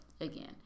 again